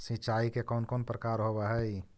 सिंचाई के कौन कौन प्रकार होव हइ?